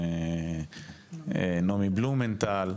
ונעמי בלומנטל,